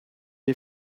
est